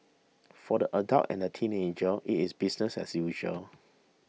for the adults and the teenagers it is business as usual